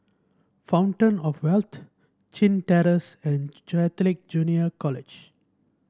Fountain Of Wealth Chin Terrace and Catholic Junior College